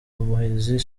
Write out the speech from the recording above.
muhizi